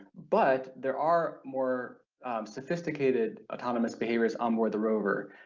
but there are more sophisticated autonomous behaviors onboard the rover,